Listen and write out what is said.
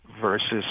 versus